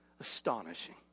astonishing